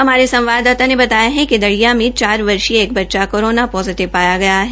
हमारे संवाददाता ने बताया कि दडिय़ा मे चार वर्षीय एक बच्चा कोरोना पोजिटिव पाया गया है